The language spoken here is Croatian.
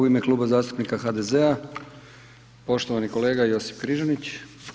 U ime Kluba zastupnika HDZ-a poštovani kolega Josip Križanić.